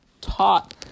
taught